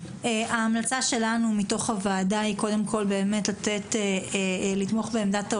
ההמלצה שלנו בוועדה היא קודם כול לתמוך בעמדת משרד